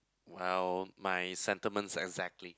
oh my sentiments exactly